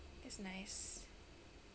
that's nice